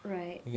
right